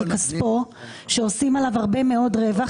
על הכסף של הציבור עושים הרבה מאוד רווח,